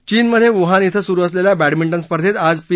चीनमध्ये वुहान इथं सुरू असलेल्या बॅडमिंटन स्पर्धेत आज पी